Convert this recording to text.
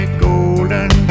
golden